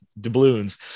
doubloons